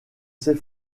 ses